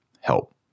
help